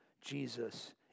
Jesus